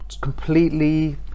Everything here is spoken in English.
completely